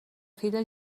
filla